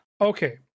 okay